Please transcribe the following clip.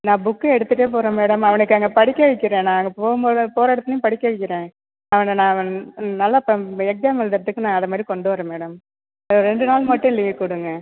நான் புக்கு எடுத்துகிட்டே போகறேன் மேடம் அவனுக்கு அங்கே படிக்க வைக்கிறேன் நான் அங்கே போகும்போது போகற இடத்துளியும் படிக்க வைக்கிறேன் அவனை நான் நல்லா எக்ஸாம் எழுதகிறதுக்கு நான் அதை மாதிரி கொண்டு வரேன் மேடம் ஒரு ரெண்டு நாள் மட்டும் லீவ் கொடுங்க